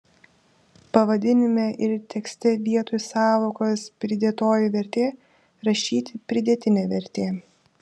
pavadinime ir tekste vietoj sąvokos pridėtoji vertė rašyti pridėtinė vertė